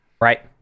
Right